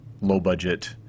low-budget